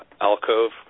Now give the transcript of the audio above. alcove